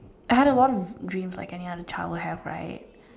I had a lot of dreams like any other child would have right